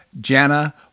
Jana